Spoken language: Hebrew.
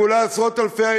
ואולי עשרות-אלפי,